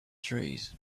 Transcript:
trees